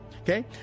Okay